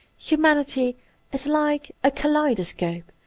humanity is like a kaleido scope,